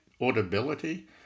audibility